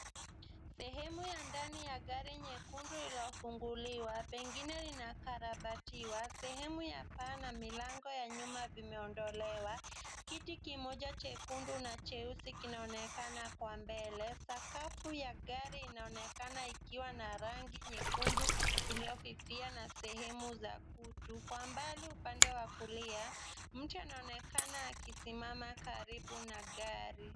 Sehemu ya ndani ya gari nyekundu lililofunguliwa pengine linakarabatiwa. Sehemu ya paa na milango ya nyuma vimeondolewa. Kiti kimoja chekundu na cheusi kinaonekana kwa mbele. Sakafu ya gari inaonekana ikiwa na rangi nyekundu iliyofifia na sehemu za kutu. Kwa mbali upande wa kulia, mtu anaonekana akisimama karibu na gari.